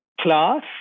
class